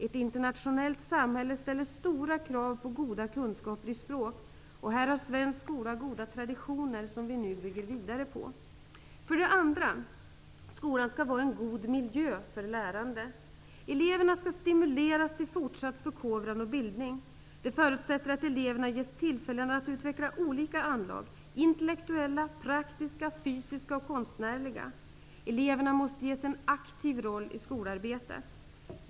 Ett internationellt samhälle ställer stora krav på goda kunskaper i språk. Här har svensk skola goda traditioner som vi nu bygger vidare på. För det andra: Skolan skall vara en god miljö för lärande. Eleverna skall stimuleras till fortsatt förkovran och bildning. Det förutsätter att eleverna ges tillfällen att utveckla olika anlag -- intellektuella, praktiska, fysiska och konstnärliga. Eleverna måste ges en aktiv roll i skolarbetet.